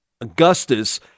Augustus